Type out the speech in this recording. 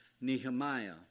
Nehemiah